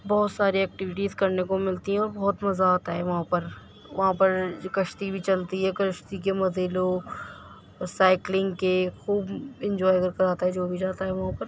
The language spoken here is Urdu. بہت سارے ایکٹیویٹیز کرنے کو ملتی ہیں اور بہت مزہ آتا ہے وہاں پر وہاں پر جی کشتی بھی چلتی ہے کشتی کے مزے لو اور سائیکلنگ کے خوب انجوائے کر کر آتا ہے جو بھی جاتا ہے وہاں پر